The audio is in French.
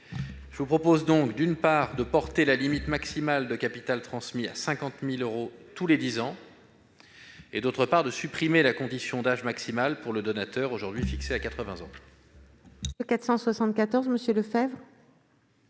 Je vous propose donc, d'une part, de porter la limite maximale de capital transmis à 50 000 euros tous les dix ans et, d'autre part, de supprimer la condition d'âge maximale pour le donateur, fixée aujourd'hui à 80 ans.